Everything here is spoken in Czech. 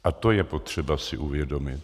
A to je potřeba si uvědomit.